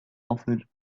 offered